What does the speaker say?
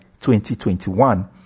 2021